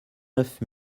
neuf